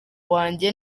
wanjye